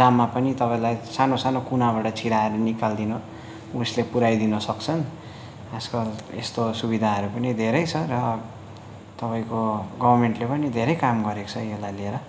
जाममा पनि तपाईँलाई सानो सानो कुनाबाट छिराएर निकालिदिनु उसले पुऱ्याइदिन सक्छन् आजकल यस्तो सुविधाहरू पनि धेरै छ र तपाईँको गभर्नमेन्टले पनि धेरै काम गरेको छ यसलाई लिएर